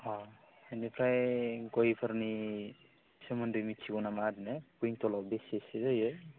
अ बिनिफ्राय गयफोरनि सोमोन्दै मिनथिगौनामा ओरैनो कुइनटेलाव बेसेसो जायो